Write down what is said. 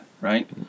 right